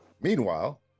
Meanwhile